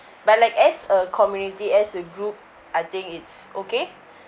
but like as a community as a group I think it's okay